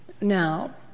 Now